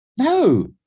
No